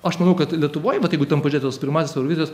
aš manau kad lietuvoj vat jeigu ten pažiūrėt tas pirmąsias eurovizijas